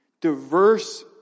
diverse